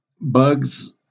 bugs